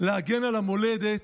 להגן על המולדת,